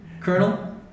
Colonel